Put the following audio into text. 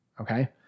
Okay